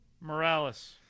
Morales